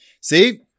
See